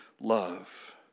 love